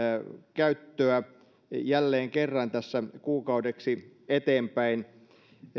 käyttöä jälleen kerran kuukaudeksi eteenpäin